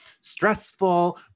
stressful